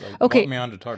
Okay